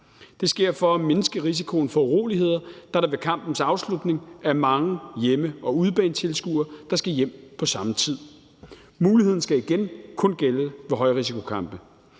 Det sker for at mindske risikoen for uroligheder, når der ved kampens afslutning er mange hjemme- og udebanetilskuere, der skal hjem på samme tid. Muligheden skal igen kun gælde ved højrisikokampe.